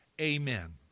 Amen